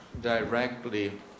directly